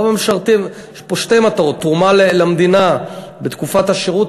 יש פה שתי מטרות: תרומה למדינה בתקופת השירות,